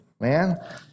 man